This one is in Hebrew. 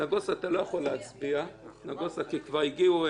נגוסה, אתה לא יכול להצביע כי נורית הגיעה.